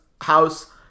house